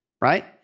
right